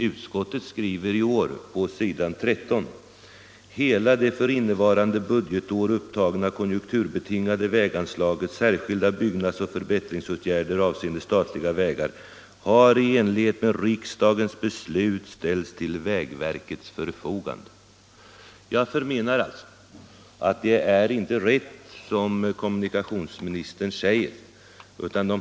Utskottet skriver i år på s. 13: ”Hela det för innevarande budgetår upptagna konjunkturbetingade väganslaget Särskilda byggnadsoch förbättringsåtgärder avseende statliga vägar har i enlighet med riksdagens beslut ställts till vägverkets förfogande.” Jag menar alltså att vad kommunikationsministern säger inte är rätt.